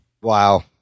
Wow